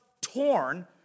torn